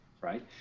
right